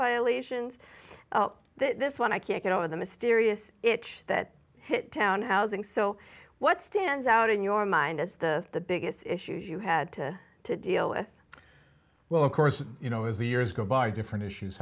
violations this one i can't get over the mysterious it that hit town housing so what stands out in your mind as the the biggest issues you had to deal with well of course you know as the years go by different issues